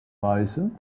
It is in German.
weise